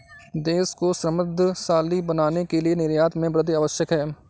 देश को समृद्धशाली बनाने के लिए निर्यात में वृद्धि आवश्यक है